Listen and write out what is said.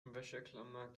wäscheklammern